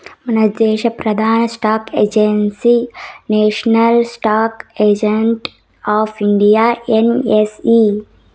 మనదేశ ప్రదాన stock exchange national stock exchange of India NSE